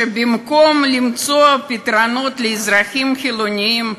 שבמקום למצוא פתרונות לאזרחים חילונים,